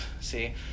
see